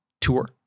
tour